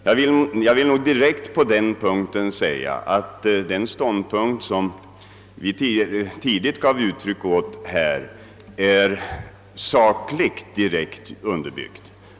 Jag vill på denna punkt direkt deklarera, att den ståndpunkt som vi tidigt gav uttryck åt uteslutande är sakligt underbyggd.